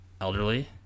Elderly